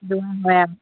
হয়